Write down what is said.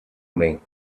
gambling